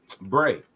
Bray